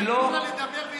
אני מבקש,